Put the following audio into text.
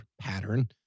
pattern